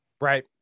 Right